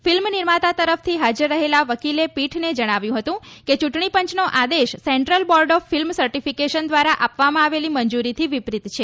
film નિર્માતા તરફથી હાજર રહેલા વકીલે પીઠને જણાવ્યું હતું કે ચંટણી પંચનો આદેશ central board of film certification દ્વારા આપવામાં આવેલી મંજૂરીથી વિપરીત છે